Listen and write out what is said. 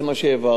זה מה שהעברתי.